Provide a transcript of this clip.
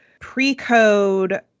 pre-code